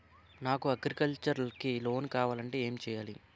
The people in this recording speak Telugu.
నాకు అగ్రికల్చర్ కి లోన్ కావాలంటే ఏం చేయాలి?